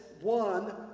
one